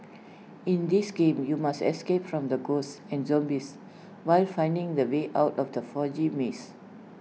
in this game you must escape from the ghosts and zombies while finding the way out of the foggy maze